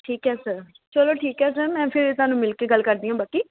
ਠੀਕ ਹੈ ਸਰ ਚਲੋ ਠੀਕ ਹੈ ਸਰ ਮੈਂ ਫਿਰ ਤੁਹਾਨੂੰ ਮਿਲ ਕੇ ਗੱਲ ਕਰਦੀ ਹਾਂ ਬਾਕੀ